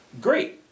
Great